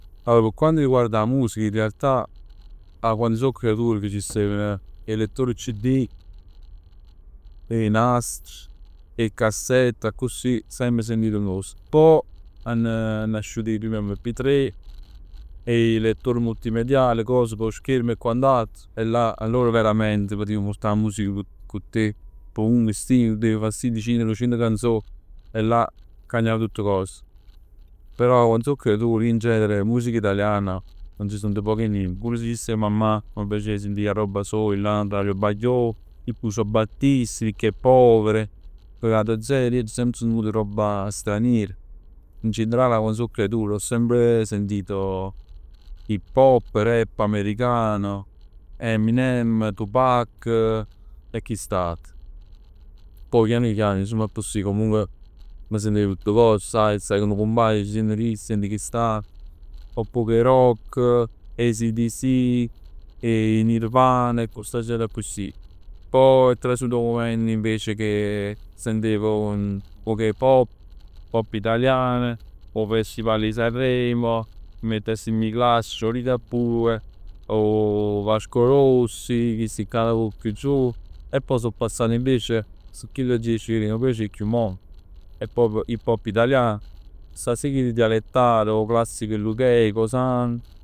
Allor p' quanto riguarda 'a musica in realtà 'a quann so creatur che c' steven 'e lettor CD, 'e nastr, 'e cassett accussì, semp sentit cos. Pò 'hann asciut 'e prim MP3 e 'e lettor multimedial cos cu 'o scherm e quant'altro e là allor verament putiv purtà 'a music cu te pò munn. Là dint c' steven cient, duecient canzon e là cagnav tutt cos, però 'a quann so creatur io in genere musica italiana aggio sentut poc e nient. Pur si ci stev mammà m' piacev 'e sentì a robba soja, a Claudio Baglioni, Lucio Battisti, Ricchi e Poveri, Renato Zero, ij m'aggio semp sentut roba straniera. In generale a quann so creatur m'aggio semp sentito hip hop, rap americano, Eminem, Tupac, e chist'ati. Pò chianu chianu dicimm accussì comunque m' sentev, sai staje cu nu cumpagn, t' sient chis, t' sient chist'ate. 'O poc 'e rock, ACDC, 'e Nirvana e stu genere accussì. Poj è trasut 'o mument invece che sentev 'o poc 'e pop, pop italian, 'o festival 'e Sanremo. M' jett a sentì Ligabue o Vasco Rossi. Chisti'ccà nu poc chiù giovani e poj so passat invece a chill che mi piacen 'e chiù mo è proprj hip hop italiano. Sta sia chill in dialetto, 'o classico è Luchè, Co'Sang.